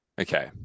Okay